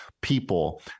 people